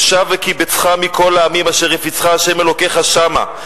ושב וקיבצך מכל העמים אשר הפיצך ה' אלוהיך שמה.